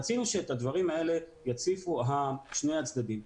רצינו שאת הדברים האלה יציפו שני הצדדים,